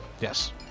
Yes